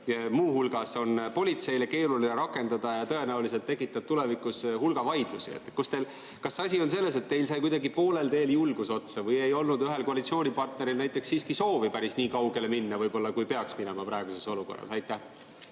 Muu hulgas on seda politseil keeruline rakendada ja tõenäoliselt tekitab see tulevikus hulga vaidlusi. Kas asi on selles, et teil sai kuidagi poolel teel julgus otsa või ei olnud ühel koalitsioonipartneril siiski soovi päris nii kaugele minna, kui peaks minema praeguses olukorras? Aitäh!